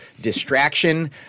distraction